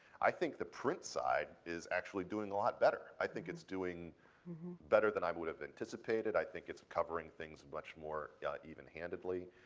i think the print side is actually doing a lot better. i think it's doing better than i would have anticipated. i think it's covering things much more evenhandedly.